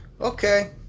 Okay